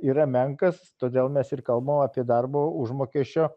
yra menkas todėl mes ir kalbam apie darbo užmokesčio